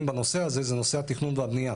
בנושא הזה זה נושא התכנון והבניה.